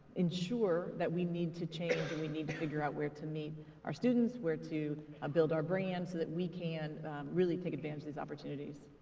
ensure that we need to change and we need to figure out where to meet our students, where to build our brand so that we can really take advantage of these opportunities.